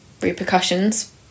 repercussions